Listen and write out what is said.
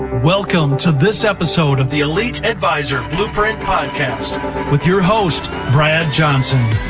welcome to this episode of the elite advisor blueprint podcast with your host, brad johnson.